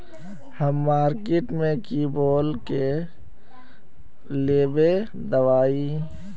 हम मार्किट में की बोल के लेबे दवाई?